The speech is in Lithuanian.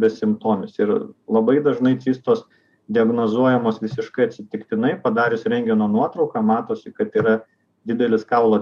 besimptomis ir labai dažnai cistos diagnozuojamos visiškai atsitiktinai padarius rentgeno nuotrauką matosi kad yra didelis kaulo